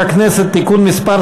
(תיקון מס'